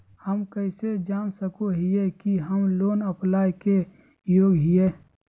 हम कइसे जान सको हियै कि हम लोन अप्लाई के योग्य हियै?